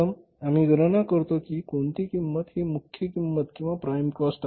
प्रथम आम्ही गणना करतो की कोणती किंमत ही मुख्य किंमत